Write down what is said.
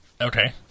Okay